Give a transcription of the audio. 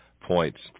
points